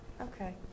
okay